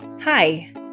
Hi